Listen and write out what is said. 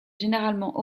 généralement